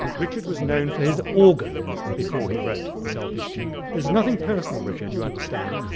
richard was known for his organ before he wrote the selfish gene. there's nothing personal, richard, you understand.